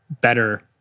better